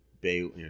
bay